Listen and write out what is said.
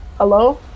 Hello